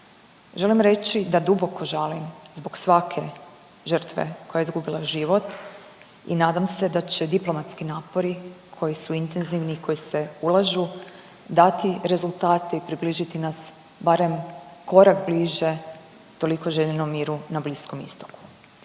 Želim reći da duboko žalim zbog svake žrtve koja je izgubila život i nadam se da će diplomatski napori koji su intenzivni i koji se ulažu dati rezultate i približiti nas barem korak bliže toliko željnom miru na Bliskom istoku.